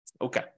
Okay